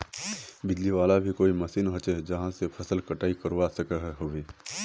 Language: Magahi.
बिजली वाला भी कोई मशीन होचे जहा से फसल कटाई करवा सकोहो होबे?